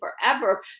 forever